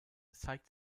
zeigt